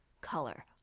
color